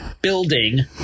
building